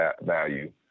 value